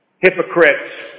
Hypocrites